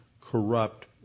corrupt